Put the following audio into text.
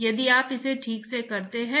वह पाइप प्रवाह के लिए है